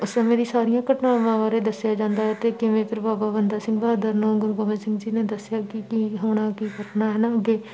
ਉਸ ਸਮੇਂ ਦੀਆਂ ਸਾਰੀਆਂ ਘਟਨਾਵਾਂ ਬਾਰੇ ਦੱਸਿਆ ਜਾਂਦਾ ਏ ਅਤੇ ਕਿਵੇਂ ਫਿਰ ਬਾਬਾ ਬੰਦਾ ਸਿੰਘ ਬਹਾਦਰ ਨੂੰ ਗੁਰੂ ਗੋਬਿੰਦ ਸਿੰਘ ਜੀ ਨੇ ਦੱਸਿਆ ਕਿ ਕੀ ਹੋਣਾ ਕੀ ਘਟਨਾ ਹੈ ਨਾ ਅੱਗੇ